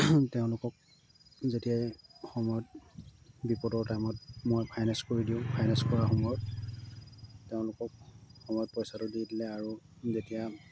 তেওঁলোকক যেতিয়াই সময়ত বিপদৰ টাইমত মই ফাইনেন্স কৰি দিওঁ ফাইনেন্স কৰা সময়ত তেওঁলোকক সময়ত পইচাটো দি দিলে আৰু যেতিয়া